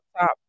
top